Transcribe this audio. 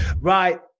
Right